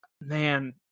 man